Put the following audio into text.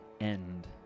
end